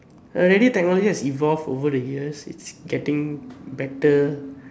already technology has evolved over the years it's getting better